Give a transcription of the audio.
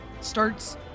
starts